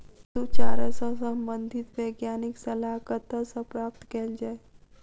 पशु चारा सऽ संबंधित वैज्ञानिक सलाह कतह सऽ प्राप्त कैल जाय?